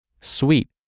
sweet